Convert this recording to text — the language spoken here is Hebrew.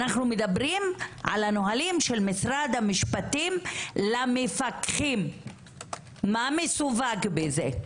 אנחנו מדברים על הנהלים של משרד המשפטים למפקחים מה מסווג בזה.